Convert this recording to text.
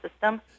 system